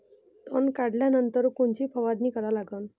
तन काढल्यानंतर कोनची फवारणी करा लागन?